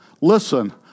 listen